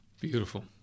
Beautiful